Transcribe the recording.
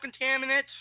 contaminants